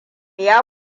ya